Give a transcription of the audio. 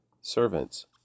servants